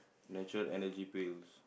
natural Energy Pills